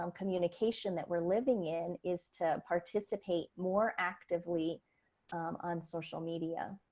um communication that we're living in is to participate more actively on social media,